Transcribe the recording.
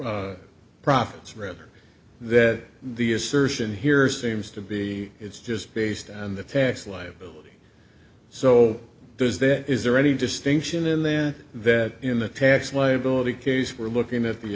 of profits rather that the assertion here seems to be it's just based on the tax liability so there's that is there any distinction and then that in the tax liability case we're looking at the